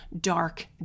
dark